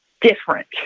different